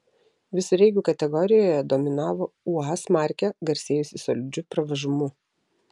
visureigių kategorijoje dominavo uaz markė garsėjusi solidžiu pravažumu